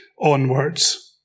onwards